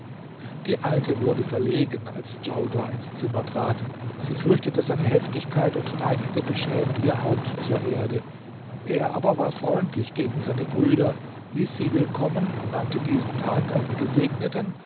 die alte wurde verlegen als djaudar ins zimmer trat sie fürchtete seine heftigkeit und neigte beschämt ihr haupt zur erde er aber war freundlich gegen seine brüder hieß sie willkommen nannte diesen tag einen gesegneten